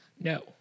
no